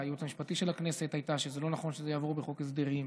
והייעוץ המשפטי של הכנסת הייתה שלא נכון שזה יעבור בחוק ההסדרים.